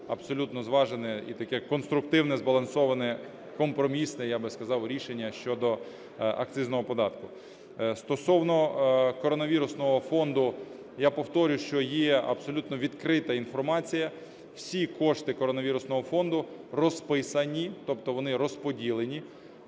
абсолютно зважене і таке конструктивне, збалансоване, компромісне, я би сказав, рішення щодо акцизного податку. Стосовно коронавірусного фонду. Я повторюсь, що є абсолютно відкрита інформація, всі кошти коронавірусного фонду розписані, тобто вони розподілені.